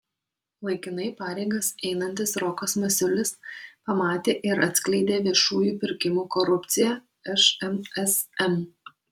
laikinai pareigas einantis rokas masiulis pamatė ir atskleidė viešųjų pirkimų korupciją šmsm